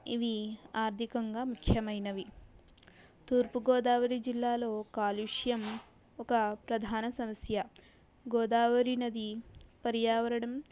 ఇవి అర్థికంగా ముక్క్యమైనవి తూర్పు గోదావరి జిల్లాలో కాలుష్యం ఒక ప్రధాన సమస్య గోదావరి నది పర్యావరణం